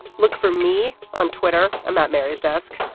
look for me on twitter about mary's desk.